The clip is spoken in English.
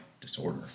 disorder